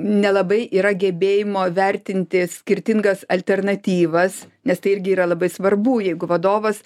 nelabai yra gebėjimo vertinti skirtingas alternatyvas nes tai irgi yra labai svarbu jeigu vadovas